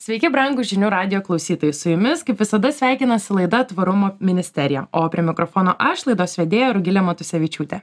sveiki brangūs žinių radijo klausytojai su jumis kaip visada sveikinasi laida tvarumo ministerija o prie mikrofono aš laidos vedėja rugilė matusevičiūtė